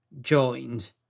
joined